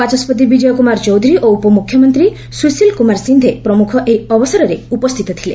ବାଚସ୍କତି ବିଜୟ କୁମାର ଚୌଧୁରୀ ଓ ଉପ ମୁଖ୍ୟମନ୍ତ୍ରୀ ସୁଶୀଲ କୁମାର ସିନ୍ଧେ ପ୍ରମୁଖ ଏହି ଅବସରରେ ଉପସ୍ଥିତ ଥିଲେ